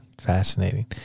fascinating